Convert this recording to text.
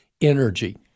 energy